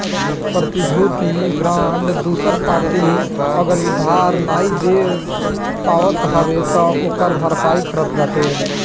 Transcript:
प्रतिभूति बांड दूसर पार्टी अगर उधार नाइ दे पावत हवे तअ ओकर भरपाई करत बाटे